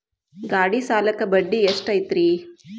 ಗಾಡಿ ಸಾಲಕ್ಕ ಬಡ್ಡಿ ಎಷ್ಟೈತ್ರಿ?